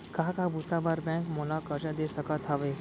का का बुता बर बैंक मोला करजा दे सकत हवे?